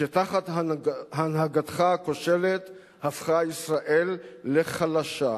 שתחת הנהגתך הכושלת הפכה ישראל לחלשה,